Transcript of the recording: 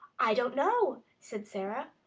i don't know, said sara.